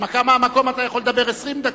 הנמקה מהמקום, אתה יכול לדבר 20 דקות.